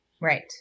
right